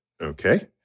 okay